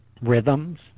rhythms